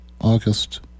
August